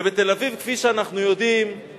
ובתל-אביב, כפי שאנחנו יודעים, יש הרבה-הרבה